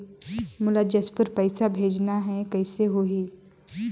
मोला जशपुर पइसा भेजना हैं, कइसे होही?